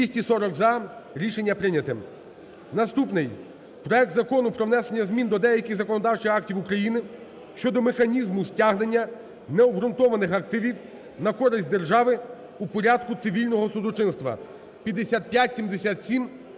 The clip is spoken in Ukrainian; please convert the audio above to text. За-240 Рішення прийнято. Наступний. Проект Закону про внесення змін до деяких законодавчих актів України щодо механізму стягнення необґрунтованих активів на користь держави у порядку цивільного судочинства 5577.